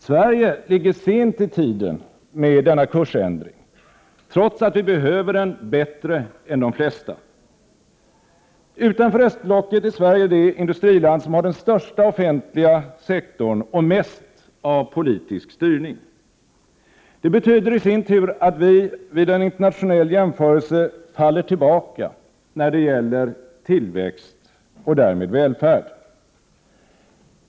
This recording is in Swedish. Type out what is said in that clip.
Sverige ligger sent i tiden med denna kursändring, trots att vi behöver den bättre än de flesta. Utanför östblocket är Sverige det industriland som har den största offentliga sektorn och mest av politisk styrning. Det betyder i sin tur att vi vid en internationell jämförelse faller tillbaka när det gäller tillväxt och därmed välfärd.